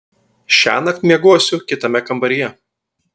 šiąnakt miegosiu kitame kambaryje